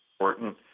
important